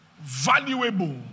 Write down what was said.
valuable